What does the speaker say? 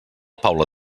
paula